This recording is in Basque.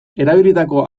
erabilitako